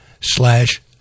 slash